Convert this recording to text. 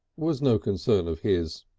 was no concern of his.